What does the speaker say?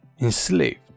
enslaved